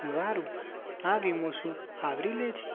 વારુ આ વીમો શું આવરી લે છે